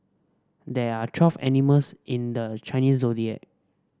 there are twelve animals in the Chinese Zodiac